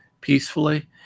peacefully